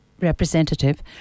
representative